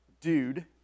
dude